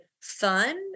fun